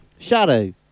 Shadow